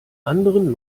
anderen